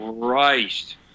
Christ